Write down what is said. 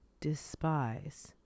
despise